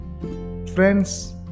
Friends